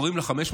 קוראים לה 550,